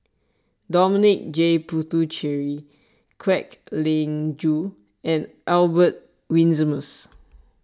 Dominic J Puthucheary Kwek Leng Joo and Albert Winsemius